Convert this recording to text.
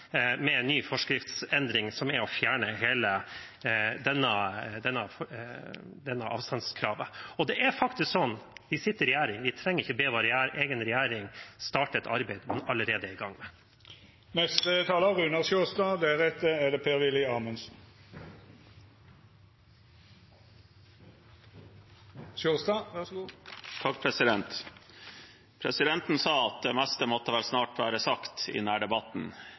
med ny forskriftsendring, som er å fjerne hele dette avstandskravet. Det er faktisk sånn at vi sitter i regjering. Vi trenger ikke be vår egen regjering starte et arbeid som allerede er i gang. Presidenten sa at det meste måtte vel snart være sagt i denne debatten. Jeg er såpass enig at jeg skal begynne med å gjenta noe jeg sa i mitt tidligere innlegg. Det